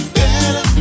better